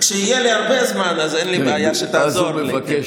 כשיהיה לי הרבה זמן אז אין לי בעיה שתעזור לי.